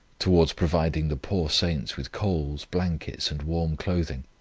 towards providing the poor saints with coals, blankets and warm clothing